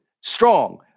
strong